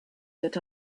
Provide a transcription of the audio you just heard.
that